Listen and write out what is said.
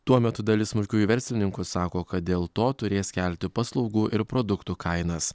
tuo metu dalis smulkiųjų verslininkų sako kad dėl to turės kelti paslaugų ir produktų kainas